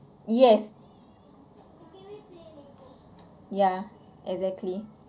yes ya exactly